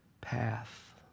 path